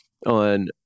on